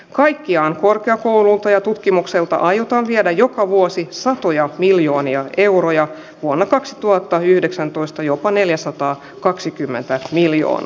kaikkiaan korkeakoululta ja tutkimukselta aiotaan viedä joka vuosi satoja miljoonia euroja vuonna kaksituhattayhdeksäntoista jopa neljäsataa kaksikymmentä million